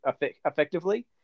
effectively